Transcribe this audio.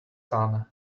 son